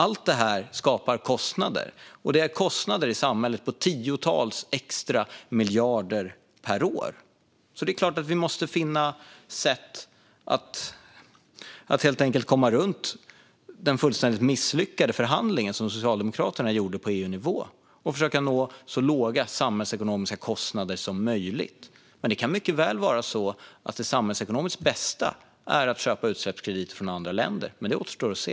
Allt detta skapar extra kostnader i samhället om tiotals miljarder per år, så det är klart att vi måste finna sätt att komma runt den fullständigt misslyckade förhandling som Socialdemokraterna gjorde på EU-nivå och försöka nå så låga samhällsekonomiska kostnader som möjligt. Det kan mycket väl vara så att det samhällsekonomiskt bästa är att köpa utsläppskrediter från andra länder, men det återstår att se.